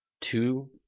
two